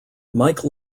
mike